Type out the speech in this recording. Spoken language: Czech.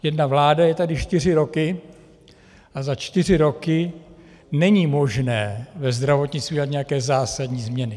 Jedna vláda je tady čtyři roky a za čtyři roky není možné ve zdravotnictví udělat nějaké zásadní změny.